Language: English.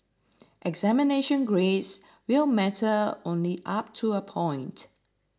examination grades will matter only up to a point